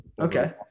okay